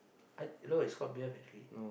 I no it's called beer factor